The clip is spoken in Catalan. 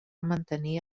mantenir